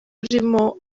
umurimo